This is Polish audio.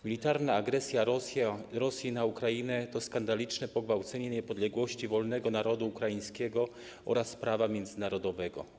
Militarna agresja Rosji na Ukrainę to skandaliczne pogwałcenie niepodległości wolnego narodu ukraińskiego oraz prawa międzynarodowego.